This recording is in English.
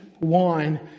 wine